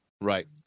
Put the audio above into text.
right